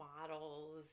models